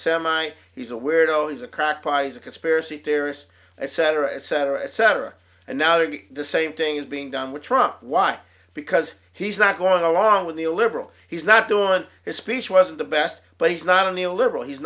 semite he's a weirdo he's a crack pipe is a conspiracy terrorist i cetera et cetera et cetera and now to be the same thing is being done with trump why because he's not going along with the a liberal he's not doing his speech wasn't the best but he's not only a liberal he's